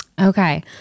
Okay